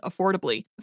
affordably